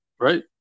right